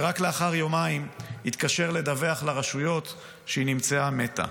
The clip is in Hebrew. ורק לאחר יומיים התקשר לדווח לרשויות שהיא נמצאה מתה.